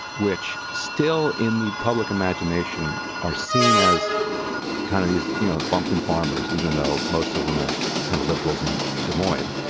which still in the public imagination are seen as kind of these you know bumpkin farmers, even though most of them are kind of liberals in des moines,